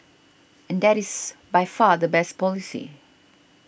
and that is by far the best policy